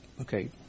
okay